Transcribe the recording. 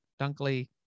Dunkley